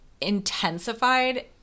intensified